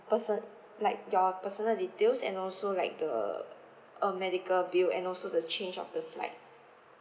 person~ like your personal details and also like the um medical bill and also the change of the flight